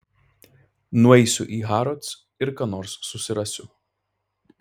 nueisiu į harrods ir ką nors susirasiu